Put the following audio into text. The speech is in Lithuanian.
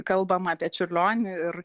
kalbama apie čiurlionį ir